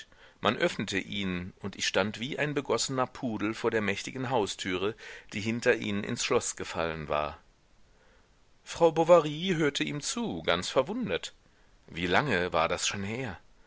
man öffnete ihnen und ich stand wie ein begossener pudel vor der mächtigen haustüre die hinter ihnen ins schloß gefallen war frau bovary hörte ihm zu ganz verwundert wie lange war das schon her